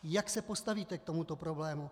Jak se postavíte k tomuto problému?